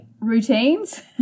routines